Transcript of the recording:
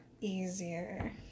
easier